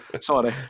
Sorry